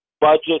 budget